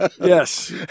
Yes